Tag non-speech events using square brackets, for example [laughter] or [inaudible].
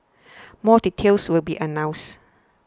[noise] more details will be announced